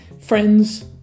friends